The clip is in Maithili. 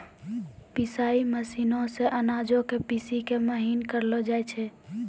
पिसाई मशीनो से अनाजो के पीसि के महीन करलो जाय छै